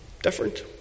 different